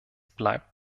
bleibt